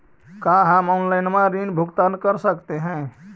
का हम आनलाइन ऋण भुगतान कर सकते हैं?